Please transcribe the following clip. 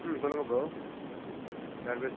ம் சொல்லுங்கள் ப்ரோ யார் பேஸ்